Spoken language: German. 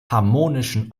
harmonischen